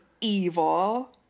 evil